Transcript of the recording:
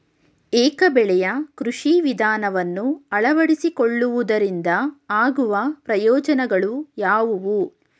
ಏಕ ಬೆಳೆಯ ಕೃಷಿ ವಿಧಾನವನ್ನು ಅಳವಡಿಸಿಕೊಳ್ಳುವುದರಿಂದ ಆಗುವ ಪ್ರಯೋಜನಗಳು ಯಾವುವು?